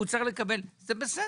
זה בסדר.